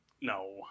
No